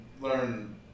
learn